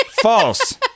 False